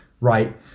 right